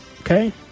Okay